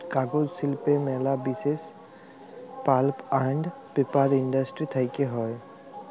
কাগজ শিল্প ম্যালা বিসেস পাল্প আন্ড পেপার ইন্ডাস্ট্রি থেক্যে হউ